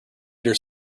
meter